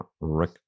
Rick